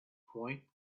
point